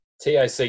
TAC